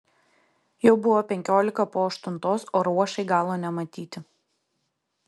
jau buvo penkiolika po aštuntos o ruošai galo nematyti